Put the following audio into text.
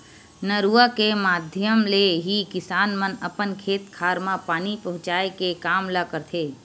नरूवा के माधियम ले ही किसान मन अपन खेत खार म पानी पहुँचाय के काम ल करथे